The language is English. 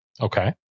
Okay